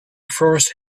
forest